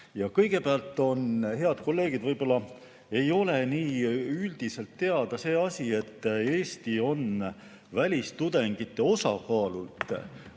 Kõigepealt, head kolleegid, võib-olla ei ole üldteada see asi, et Eesti on välistudengite osakaalult